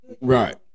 Right